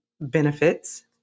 benefits